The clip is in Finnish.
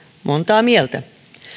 monta mieltä